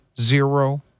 zero